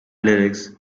lyrics